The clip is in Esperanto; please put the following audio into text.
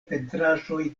pentraĵoj